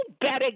better